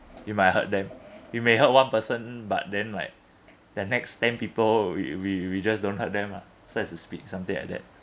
you might hurt them you may hurt one person but then like the next ten people we we we just don't hurt them ah so as to speak something like that